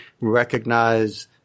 recognize